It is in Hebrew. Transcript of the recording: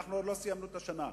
ואנחנו עוד לא סיימנו את השנה,